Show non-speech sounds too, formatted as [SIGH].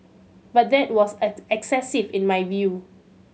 but that was [UNINTELLIGIBLE] excessive in my view